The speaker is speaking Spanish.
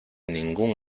ningún